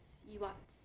see what